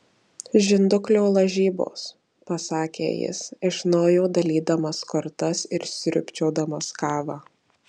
žinduklio lažybos pasakė jis iš naujo dalydamas kortas ir sriubčiodamas kavą